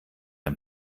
ein